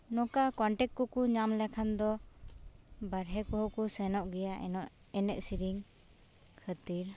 ᱱᱚᱝᱠᱟ ᱠᱚᱱᱴᱮᱠ ᱠᱚᱠᱚ ᱧᱟᱢ ᱞᱮᱠᱷᱟᱱ ᱫᱚ ᱵᱟᱨᱦᱮ ᱠᱚᱦᱚᱸ ᱠᱚ ᱥᱮᱱᱚᱜ ᱜᱮᱭᱟ ᱮᱱᱚᱡ ᱮᱱᱮᱡ ᱥᱮᱨᱮᱧ ᱠᱷᱟᱹᱛᱤᱨ